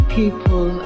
people